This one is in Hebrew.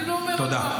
אני אומר עוד פעם,